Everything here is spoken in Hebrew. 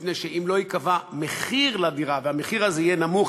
מפני שאם לא ייקבע מחיר לדירה והמחיר הזה יהיה נמוך,